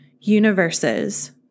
universes